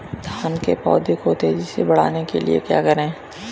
धान के पौधे को तेजी से बढ़ाने के लिए क्या करें?